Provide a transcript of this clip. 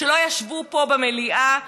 שלא ישבו פה במליאה.